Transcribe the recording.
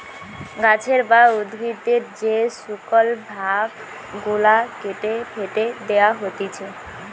গাছের বা উদ্ভিদের যে শুকল ভাগ গুলা কেটে ফেটে দেয়া হতিছে